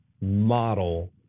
model